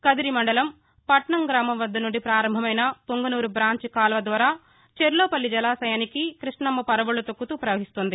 కదిరి మండలం పట్నంగ్రామం వద్ద నుండి పారంభమైన పుంగనూరు బాంచి కాల్వద్వారా చెర్లోపల్లి జలాశయానికి కృష్ణమ్మ పరవక్ళుకొక్కుతూ పవహిస్తోంది